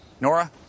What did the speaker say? Nora